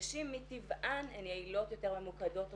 נשים מטבען הן יעילות יותר וממוקדות תוצאות,